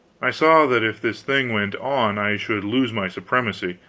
i saw that if this thing went on i should lose my supremacy,